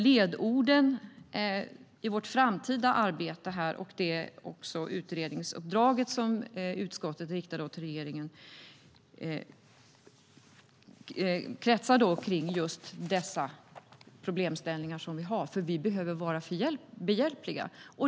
Ledorden i vårt framtida arbete, och det utredningsuppdrag som utskottet riktar till regeringen, träffar just de problemställningar som vi har, för vi behöver vara behjälpliga.